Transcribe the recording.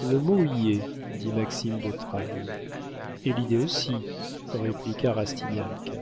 le mot y est dit maxime de trailles et l'idée aussi répliqua rastignac